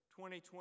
2020